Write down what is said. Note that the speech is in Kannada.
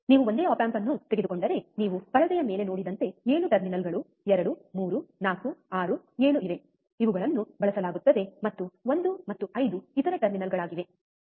ನೀವು ಒಂದೇ ಆಪ್ ಆಂಪ್ ಅನ್ನು ತೆಗೆದುಕೊಂಡರೆ ನೀವು ಪರದೆಯ ಮೇಲೆ ನೋಡಿದಂತೆ 7 ಟರ್ಮಿನಲ್ಗಳು 2 3 4 6 7 ಇವೆ ಇವುಗಳನ್ನು ಬಳಸಲಾಗುತ್ತದೆ ಮತ್ತು 1 ಮತ್ತು 5 ಇತರ ಟರ್ಮಿನಲ್ಗಳಾಗಿವೆ